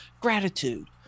gratitude